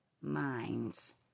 minds